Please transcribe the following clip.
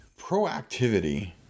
Proactivity